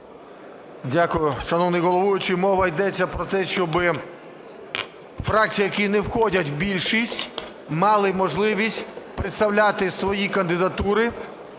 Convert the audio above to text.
Дякую. Шановний головуючий, мова йдеться про те, щоби фракції, які не входять в більшість, мали можливість представляти свої кандидатури